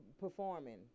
performing